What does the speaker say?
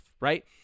Right